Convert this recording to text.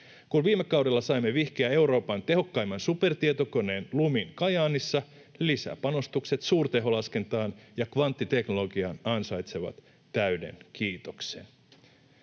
Kun viime kaudella saimme vihkiä Euroopan tehokkaimman supertietokoneen Lumin Kajaanissa, lisäpanostukset suurteholaskentaan ja kvanttiteknologiaan ansaitsevat täyden kiitoksen.